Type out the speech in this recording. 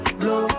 blow